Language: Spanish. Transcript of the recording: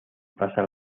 pasa